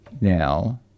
now